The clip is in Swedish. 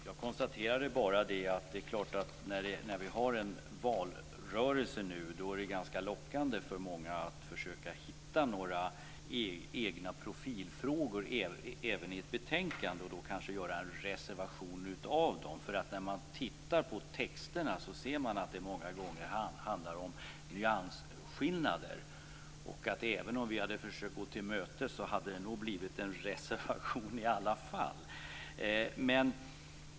Fru talman! Jag konstaterade bara att det nu, när vi har en valrörelse, är lockande att försöka hitta egna profilfrågor även i ett betänkande och göra en reservation av dem. Det handlar många gånger om nyansskillnader i texterna. Även om vi hade försökt gå er till mötes hade det nog blivit en reservation i alla fall.